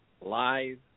live